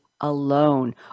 alone